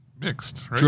mixed